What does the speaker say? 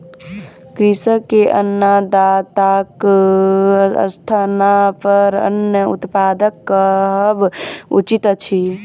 कृषक के अन्नदाताक स्थानपर अन्न उत्पादक कहब उचित अछि